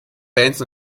bands